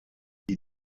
die